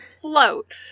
float